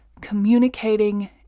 communicating